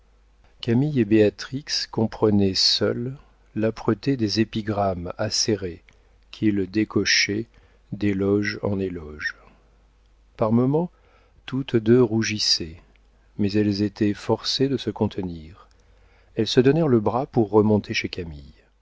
camille et béatrix comprenaient seules l'âpreté des épigrammes acérées qu'il décochait d'éloge en éloge par moments toutes deux rougissaient mais elles étaient forcées de se contenir elles se donnèrent le bras pour remonter chez